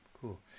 cool